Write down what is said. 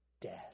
death